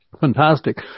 Fantastic